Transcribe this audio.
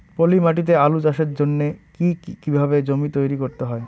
পলি মাটি তে আলু চাষের জন্যে কি কিভাবে জমি তৈরি করতে হয়?